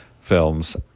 films